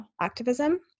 Activism